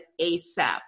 ASAP